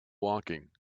walking